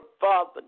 Father